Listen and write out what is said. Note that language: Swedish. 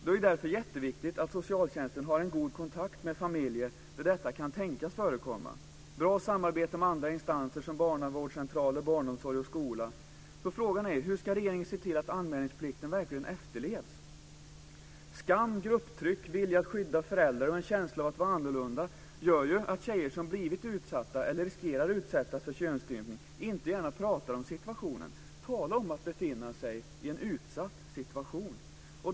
Det är därför jätteviktigt att socialtjänsten har en god kontakt med familjer där detta kan tänkas förekomma och ett bra samarbete med andra instanser som barnavårdscentraler, barnomsorg och skola. Frågan är ju hur regeringen ska se till att anmälningsplikten verkligen efterlevs. Skam, grupptryck, vilja att skydda föräldrar och en känsla av att vara annorlunda gör ju att tjejer som blivit utsatta eller riskerar att utsättas för könsstympning inte gärna pratar om situationen. Tala om att befinna sig i en utsatt situation!